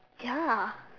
ya